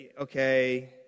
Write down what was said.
okay